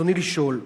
רצוני לשאול: